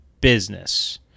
business